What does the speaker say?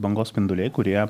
bangos spinduliai kurie